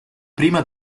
prima